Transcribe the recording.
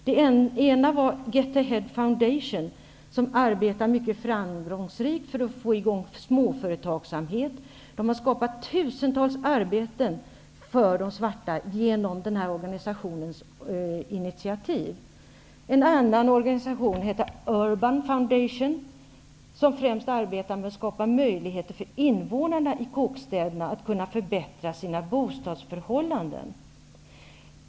Den ena organisationen var Get Ahead Foundation, som arbetar mycket framgångsrikt för att få i gång småföretagsamhet. Det har skapats tusentals arbeten för de svarta genom denna organisations initiativ. En annan organisation hette Urban Foundation, vilken främst arbetar med att skapa möjligheter för invånarna i kåkstäderna att kunna förbättra sina bostadsförhållanden.